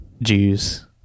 Jews